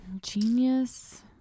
Genius